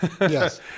Yes